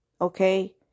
okay